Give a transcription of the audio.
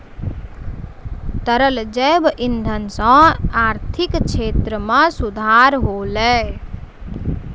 तरल जैव इंधन सँ आर्थिक क्षेत्र में सुधार होलै